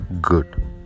good